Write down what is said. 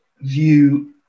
view